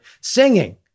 Singing